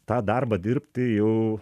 tą darbą dirbti jau